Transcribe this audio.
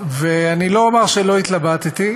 אני לא אומר שלא התלבטתי,